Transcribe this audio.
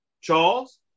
Charles